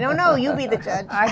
don't know